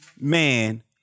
man